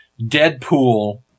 Deadpool